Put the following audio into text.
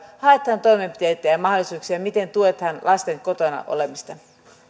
haetaan toimenpiteitä ja ja mahdollisuuksia miten tuetaan lasten kotona olemista